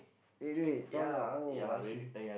Radiohead tell me oh I see